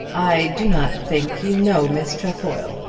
i do not think you know miss trefoil.